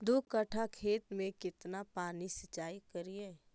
दू कट्ठा खेत में केतना पानी सीचाई करिए?